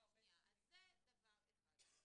זה דבר אחד.